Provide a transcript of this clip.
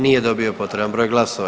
Nije dobio potreban broj glasova.